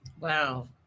Wow